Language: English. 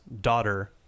daughter